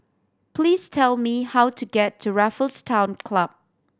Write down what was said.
please tell me how to get to Raffles Town Club